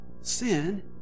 sin